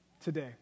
today